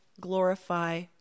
glorify